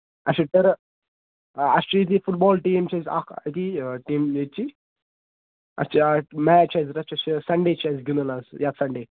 اَچھا ٹرٕف آ اَسہِ چھ ییٚتہِ فُٹ بال ٹیٖم چھُ أسۍ اکھ أتی ٹیٖم ییٚتہِ چی اَسہِ چھ اکھ میچ حظ چھُ سَنڈے چھُ اسہِ گِندُن اَسہِ یَتھ سَنڈے